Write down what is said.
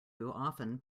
often